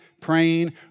praying